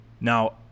Now